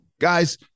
guys